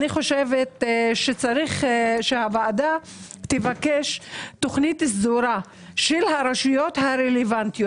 צריך שהוועדה תבקש תכנית סדורה של הרשויות הרלוונטיות